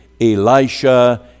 Elisha